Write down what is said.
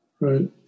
Right